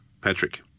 Patrick